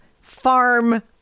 farm